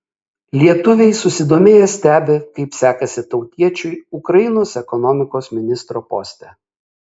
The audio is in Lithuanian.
lietuviai susidomėję stebi kaip sekasi tautiečiui ukrainos ekonomikos ministro poste